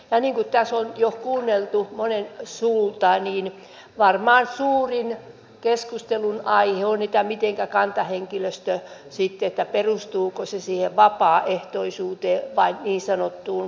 niin kuin tässä on jo kuunneltu moneen suuntaan niin varmaan suurin keskustelunaihe on mitenkä kantahenkilöstö sitten perustuuko se siihen vapaaehtoisuuteen vai niin sanottuun pakkoon